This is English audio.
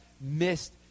missed